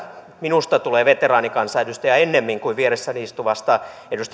minusta tulee veteraanikansanedustaja ennemmin kuin vieressäni istuvasta edustaja